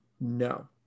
no